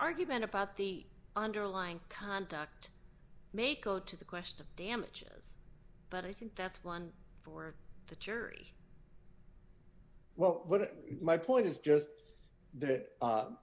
argument about the underlying contact may go to the question of damages but i think that's one for the church as well but my point is just that